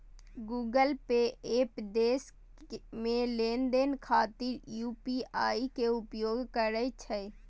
Google Pay app देश मे लेनदेन खातिर यू.पी.आई के उपयोग करै छै